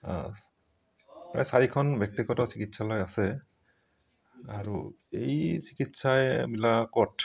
প্ৰায় চাৰিখন ব্যক্তিগত চিকিৎসালয় আছে আৰু এই চিকিৎসালয়বিলাকত